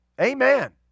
Amen